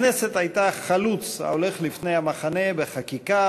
הכנסת הייתה חלוץ ההולך לפני המחנה בחקיקה